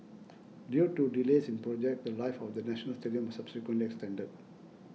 due to delays in the project the Life of the National Stadium was subsequently extended